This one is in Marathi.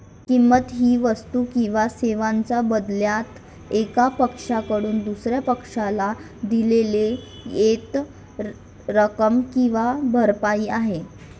किंमत ही वस्तू किंवा सेवांच्या बदल्यात एका पक्षाकडून दुसर्या पक्षाला दिलेली देय रक्कम किंवा भरपाई आहे